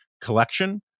collection